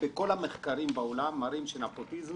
כל המחקרים בעולם מראים שנפוטיזם